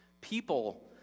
people